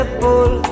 pull